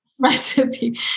Recipe